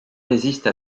résiste